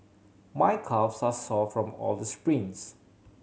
my calves are sore from all the sprints